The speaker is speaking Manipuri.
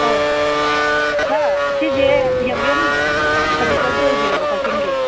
ꯑꯣ ꯁꯥꯔ ꯁꯤꯁꯦ ꯌꯥꯝꯕꯦꯝ ꯐꯔꯅꯤꯆꯔꯗꯣ ꯑꯣꯏꯕꯤꯔꯕꯣ ꯀꯛꯆꯤꯡꯒꯤ